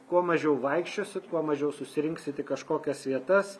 kuo mažiau vaikščiosit kuo mažiau susirinksit į kažkokias vietas